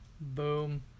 Boom